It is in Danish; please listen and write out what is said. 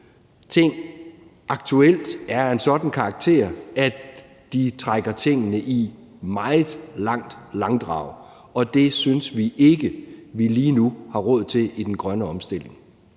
ting aktuelt er af en sådan karakter, at de trækker tingene i meget langt langdrag, og det synes vi ikke vi lige nu har råd til i den grønne omstilling.